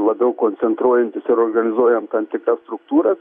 labiau koncentruojantis ir organizuojant tam tikras struktūras